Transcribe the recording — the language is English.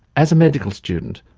as a medical student,